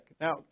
Now